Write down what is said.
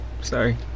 Sorry